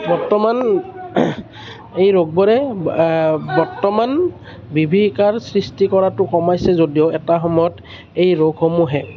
বৰ্তমান এই ৰোগবোৰে বৰ্তমান বিভীষিকাৰ সৃষ্টি কৰাটো কমাইছে যদিও এটা সময়ত এই ৰোগসমূহে